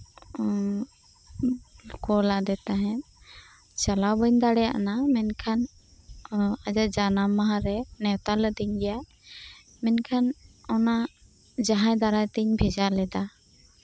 ᱠᱩᱞ ᱟᱫᱮ ᱛᱟᱦᱮᱸᱫ ᱪᱟᱞᱟᱣ ᱵᱟᱹᱧ ᱫᱟᱲᱮᱭᱟᱫᱟ ᱢᱮᱱᱠᱷᱟᱱ ᱟᱭᱟᱜ ᱡᱟᱱᱟᱢ ᱢᱟᱦᱟ ᱨᱮ ᱱᱮᱶᱛᱟ ᱞᱮᱫᱤᱧ ᱜᱮᱭᱟᱭ ᱢᱮᱱᱠᱷᱟᱱ ᱚᱱᱟ ᱡᱟᱦᱟᱸᱭ ᱫᱟᱨᱟᱭ ᱛᱤᱧ ᱵᱷᱮᱡᱟ ᱞᱮᱫᱟ